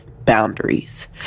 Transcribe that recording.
Boundaries